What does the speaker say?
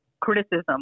criticism